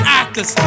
actors